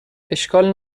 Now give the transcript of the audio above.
اشکال